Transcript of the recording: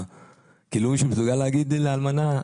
כאילו מישהו מסוגל להגיד לאלמנה?